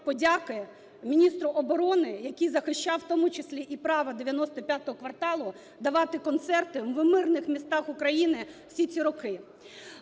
подяки міністру оборони, який захищав, в тому числі і право "95 кварталу" давати концерти в мирних містах України всі ці роки.